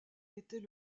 était